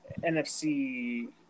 NFC